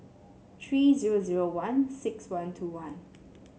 three zero zero one six one two one